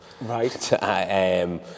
right